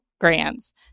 grants